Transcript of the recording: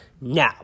Now